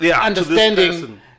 understanding